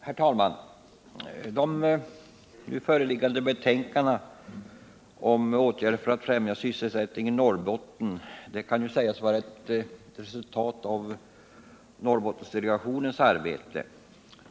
Herr talman! Nu föreliggande betänkanden om åtgärder för att främja sysselsättningen i Norrbotten kan sägas vara ett resultat av Norrbottendele 2ationens arbete.